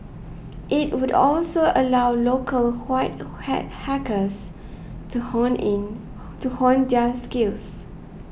it would also allow local white hat hackers to hone in to hone their skills